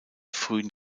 frühen